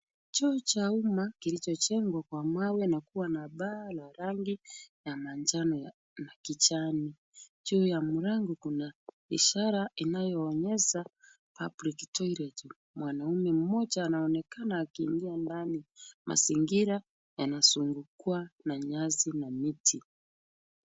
Choo cha umma kilichojengwa kwa mawe na kuwa na paa la rangi ya manjano na kijani. Juu ya mlango kuna ishara inayoonyesha public toilet . Mwanaume mmoja anaonekana akiingia ndani. Mazingira yanazungukwa na nyasi na miti.